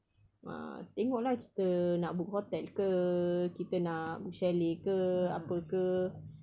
ah tengok lah kita nak book hotel ke kita nak book chalet ke apa ke